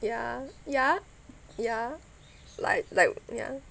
ya ya ya like like ya